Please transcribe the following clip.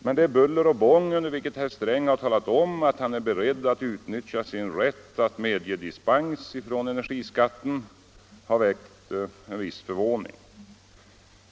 Men det buller och bång, med vilket herr Sträng talat om att han är beredd att utnyttja sin rätt att medge dispens från energiskatten, har väckt en viss förvåning.